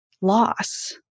loss